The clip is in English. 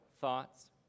thoughts